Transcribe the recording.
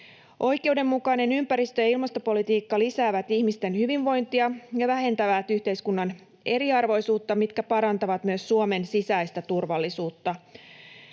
Oikeudenmukainen ympäristö- ja ilmastopolitiikka lisää ihmisten hyvinvointia ja vähentää yhteiskunnan eriarvoisuutta, mitkä parantavat myös Suomen sisäistä turvallisuutta.